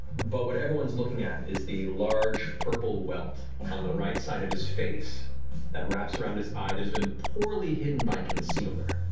but what everyone's looking at is the large purple welt on the right side of his face that wraps around his eye, that has been poorly hidden by concealer,